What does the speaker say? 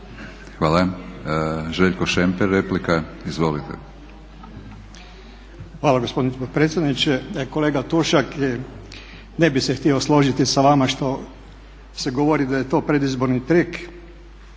Izvolite. **Šemper, Željko (HSU)** Hvala gospodine potpredsjedniče. Kolega Tušak, ne bih se htio složiti sa vama što se govori da je to predizborni trik